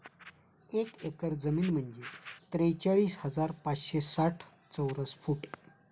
एक एकर जमीन म्हणजे त्रेचाळीस हजार पाचशे साठ चौरस फूट